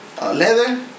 Leather